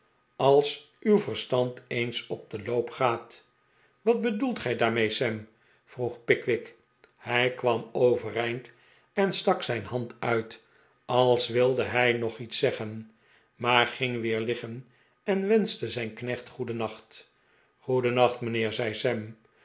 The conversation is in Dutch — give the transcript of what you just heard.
als uw verstand eens op den loop gaat wat bedoelt gij daarmee sam vroeg pickwick hij kwam overeind en stak zijn hand uit als wilde hij nog iets zeggen maar ging weer liggen en wenschte zijn knecht goedennacht goedennacht mijnheer zei